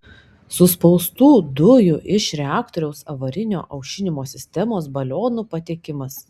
suspaustų dujų iš reaktoriaus avarinio aušinimo sistemos balionų patekimas